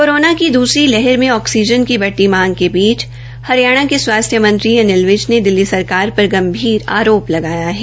corona की दूसरी लहर मे ऑक्सीजन की बढ़ती मांग के बीच हरियाणा के स्वास्थ्य मंत्री अनिल विज ने दिल्ली सरकार पर गंभीर आरोप लगाया है